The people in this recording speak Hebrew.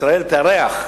ישראל תארח,